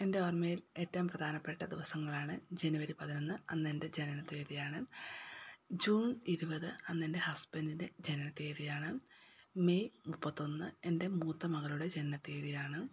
എൻ്റെ ഓർമ്മയിൽ ഏറ്റവും പ്രധാനപ്പെട്ട ദിവസങ്ങളാണ് ജനുവരി പതിനൊന്ന് അന്നെൻ്റെ ജനന തിയതിയാണ് ജൂൺ ഇരുപത് അന്നെൻ്റെ ഹസ്ബൻഡിൻ്റെ ജനന തിയതിയാണ് മെയ് മുപ്പത്തിയൊന്ന് എൻ്റെ മൂത്ത മകളുടെ ജനന തിയതിയാണ്